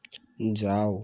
যাও